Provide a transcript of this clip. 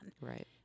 Right